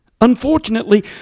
Unfortunately